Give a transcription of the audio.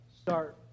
start